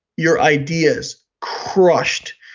your ideas crushed,